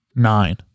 nine